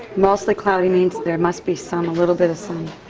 mostly cloudy means there must be some a little bit of sun.